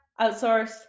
outsource